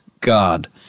God